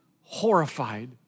horrified